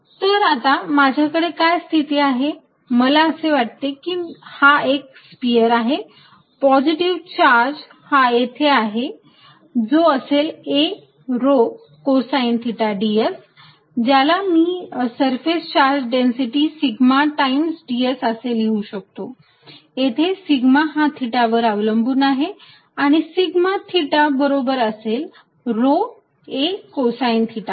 ds तर आता माझ्याकडे काय स्थिती आहे मला असे वाटते की हा एक स्पियर आहे पॉझिटिव्ह चार्ज हा येथे आहे जो असेल a rho cosine theta ds ज्याला मी surface charge density sigma times ds असे लिहू शकतो येथे सिग्मा हा थिटा वर अवलंबून असेल आणि सिग्मा थिटा बरोबर असेल रो a कोसाईन थिटा